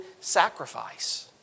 sacrifice